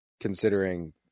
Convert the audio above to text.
considering